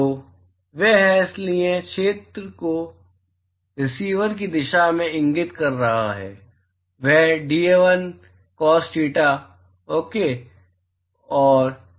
तो वह है इसलिए क्षेत्र वेक्टर जो रिसीवर की दिशा में इंगित कर रहा है वह dA1 in cos theta OK है